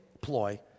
ploy